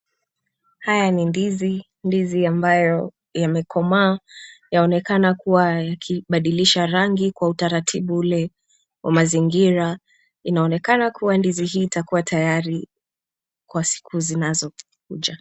Haya ni ndizi. Ndizi ambayo yamekomaa, yaonekana kuwa yakibadilsha rangi kwa utaratibu ule wa mazingira. Inaonekana kuwa ndizi hii itakuwa tayari kwa siku zinazokuja.